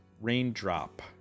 Raindrop